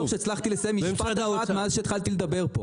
אני לא בטוח שהצלחתי לסיים משפט אחד מאז שהתחלתי לדבר פה.